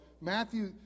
matthew